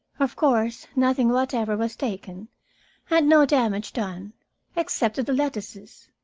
of course nothing whatever was taken, and no damage done except to the lettuces.